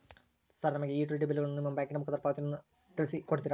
Sir ನಮಗೆ ಈ utility ಬಿಲ್ಲುಗಳನ್ನು ನಿಮ್ಮ ಬ್ಯಾಂಕಿನ ಮುಖಾಂತರ ಪಾವತಿಸುವುದನ್ನು ತಿಳಿಸಿ ಕೊಡ್ತೇರಾ?